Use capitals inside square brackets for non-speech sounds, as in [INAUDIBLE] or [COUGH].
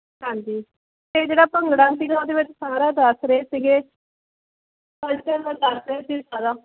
ਹਾਂਜੀ ਅਤੇ ਜਿਹੜਾ ਭੰਗੜਾ ਸੀ ਉਹਦੇ ਵਿੱਚ ਸਾਰਾ ਦੱਸ ਰਹੇ ਸੀਗੇ [UNINTELLIGIBLE] ਸਾਰਾ